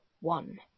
one